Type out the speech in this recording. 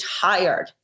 tired